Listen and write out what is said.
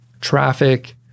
traffic